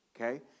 okay